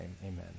amen